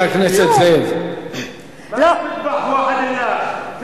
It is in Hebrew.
איפה שוחטים בנצרת לא נפלו טילים במלחמת לבנון השנייה?